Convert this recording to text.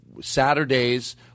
Saturdays